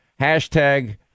Hashtag